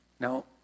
Now